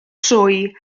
trwy